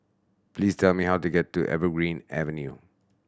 please tell me how to get to Evergreen Avenue